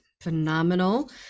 phenomenal